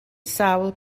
sawl